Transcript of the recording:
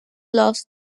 lost